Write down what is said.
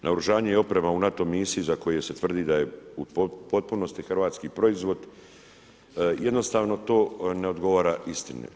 Naoružanje i oprema u NATO misiji za koje se tvrdi da je u potpunosti hrvatski proizvod jednostavno to ne odgovara istini.